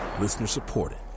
Listener-supported